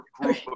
group